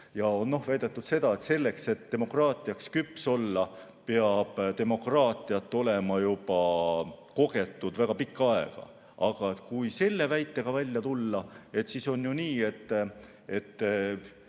On väidetud seda, et selleks, et demokraatiaks küps olla, peab demokraatiat olema kogetud väga pikka aega. Aga kui selle väitega välja tulla, siis oleks ju nii, et